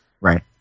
Right